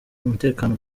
umutekano